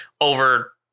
over